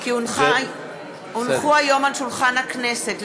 כי הונחו היום על שולחן הכנסת,